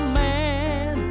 man